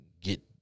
get